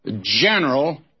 general